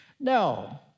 now